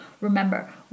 remember